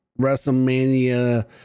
Wrestlemania